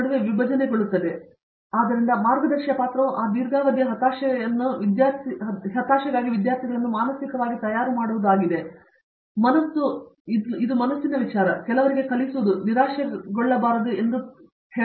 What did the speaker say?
professor Babu Vishwanath ಆದ್ದರಿಂದ ಮಾರ್ಗದರ್ಶಿ ಪಾತ್ರವು ಆ ದೀರ್ಘಾವಧಿಯ ಹತಾಶೆಗಾಗಿ ವಿದ್ಯಾರ್ಥಿಗಳನ್ನು ಮಾನಸಿಕವಾಗಿ ತಯಾರಿಸುವುದು ಮತ್ತು ಇದು ಮನಸ್ಸು ಎಂದು ಕೆಲವರಿಗೆ ಕಲಿಸುವುದು ನಿರಾಶೆಗೊಳ್ಳಬಾರದು ಎಂಬುದು ನಿಮಗೆ ತಿಳಿದಿದೆ